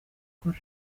akora